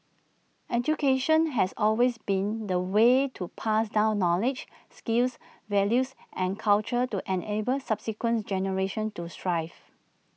education has always been the way to pass down knowledge skills values and culture to enable subsequent generations to thrive